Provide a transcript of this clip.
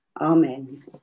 Amen